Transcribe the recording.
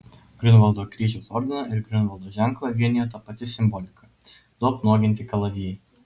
griunvaldo kryžiaus ordiną ir griunvaldo ženklą vienijo ta pati simbolika du apnuoginti kalavijai